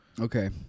Okay